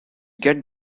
get